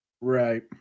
Right